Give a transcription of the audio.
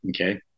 okay